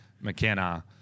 McKenna